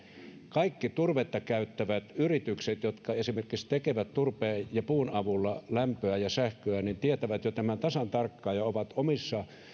kaikki turvetta käyttävät yritykset jotka esimerkiksi tekevät turpeen ja puun avulla lämpöä ja sähköä tietävät jo tämän tasan tarkkaan ja ovat omissa